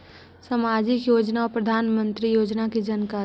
समाजिक योजना और प्रधानमंत्री योजना की जानकारी?